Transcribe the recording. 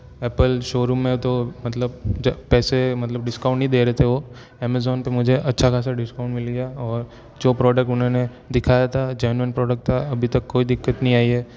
Apple showroom में तो मतलब ज पैसे मतलब डिस्काउंट नहीं दे रहे थे वो ऐमज़ॉन पर मुझे अच्छा खासा डिस्काउंट मिल गया और जो प्रॉडक्ट उन्होंने दिखाया था जैनुअन प्रॉडक्ट था अभी तक कोई दिक्कत नहीं आई है